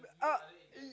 uh